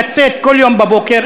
לצאת כל יום בבוקר,